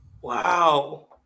Wow